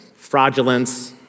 fraudulence